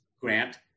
Grant